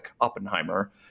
Oppenheimer